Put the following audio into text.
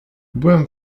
byłem